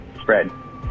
spread